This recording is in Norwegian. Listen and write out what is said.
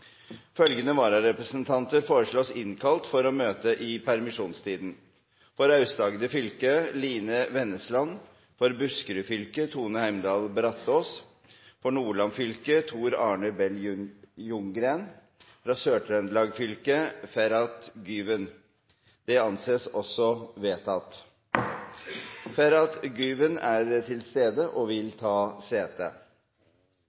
Følgende vararepresentanter innkalles for å møte i permisjonstiden: For Aust-Agder fylke: Line VenneslandFor Buskerud fylke: Tone Heimdal BrataasFor Nordland fylke: Tor Arne Bell LjunggrenFor Sør-Trøndelag fylke: Ferhat Güven Ferhat Güven er til stede og vil